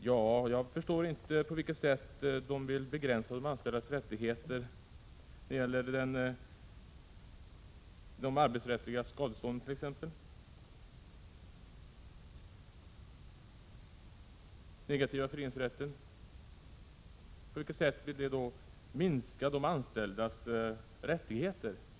Jag förstår inte på vilket sätt de vill begränsa de anställdas rättigheter, t.ex. när det gäller de arbetsrättsliga skadestånden eller den negativa föreningsrätten. På vilket sätt vill förslagen i dessa frågor minska de anställdas rättigheter?